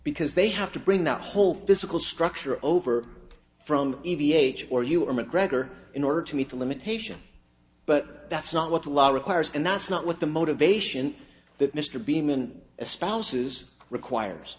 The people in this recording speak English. because they have to bring the whole physical structure over from evie age or you or mcgregor in order to meet the limitation but that's not what the law requires and that's not what the motivation that mr beeman espouses requires